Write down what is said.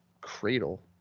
cradle